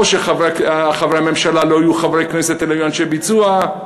ולא שחברי הממשלה לא יהיו חברי כנסת אלא אנשי ביצוע,